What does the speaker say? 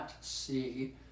see